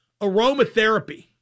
Aromatherapy